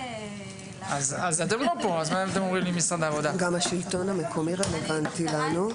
גם השלטון המקומי רלוונטי לנו.